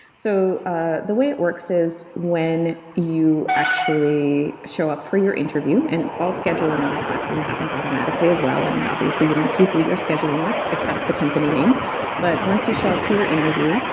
so ah the way it works is when you actually show up for your interview and all scheduling on our platform happens automatically as well, and and obviously you don't see who you're scheduling with, except the company name but once you show up to your interview,